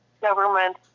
government